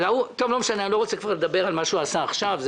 אני לא רוצה לדבר כבר על מה שהוא עשה עכשיו.